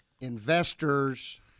investors